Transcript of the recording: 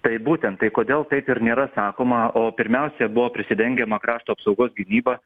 tai būtent tai kodėl taip ir nėra sakoma o pirmiausia buvo prisidengiama krašto apsaugos gynyba